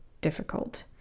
difficult